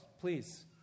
Please